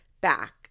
back